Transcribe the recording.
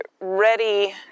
ready